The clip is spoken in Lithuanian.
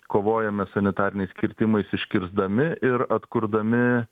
kovojame sanitariniais kirtimais iškirsdami ir atkurdami